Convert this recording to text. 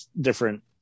different